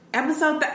episode